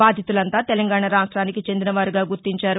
బాధితులంతా తెలంగాణ రాఫ్ట్వినికి చెందిన వారుగా గుర్తించారు